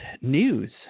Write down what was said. news